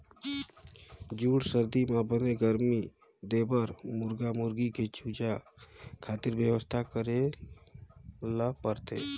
जूड़ सरदी म बने गरमी देबर मुरगा मुरगी के चूजा खातिर बेवस्था करे ल परथे